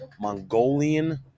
Mongolian